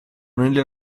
nelle